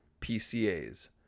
PCAs